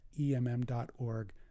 emm.org